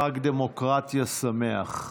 חג דמוקרטיה שמח.